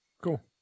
cool